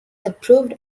approved